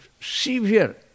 severe